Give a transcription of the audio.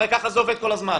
הרי ככה זה עובד כל הזמן.